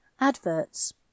Adverts